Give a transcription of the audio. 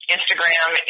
Instagram